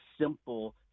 simple